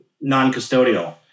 non-custodial